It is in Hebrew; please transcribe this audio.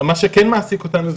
מה שכן מעסיק אותנו,